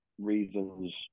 reasons